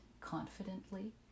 confidently